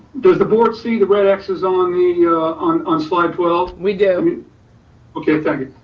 does the board see the red x's on the on on slide twelve? we do. okay, thank you.